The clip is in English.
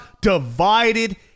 Divided